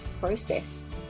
process